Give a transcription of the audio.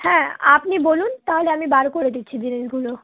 হ্যাঁ আপনি বলুন তাহলে আমি বার করে দিচ্ছি জিনিসগুলো